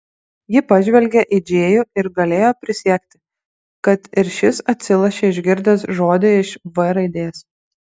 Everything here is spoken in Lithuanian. ji pažvelgė į džėjų ir galėjo prisiekti kad ir šis atsilošė išgirdęs žodį iš v raidės